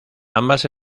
ambas